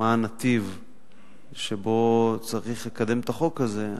מה הנתיב שבו צריך לקדם את החוק הזה,